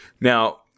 Now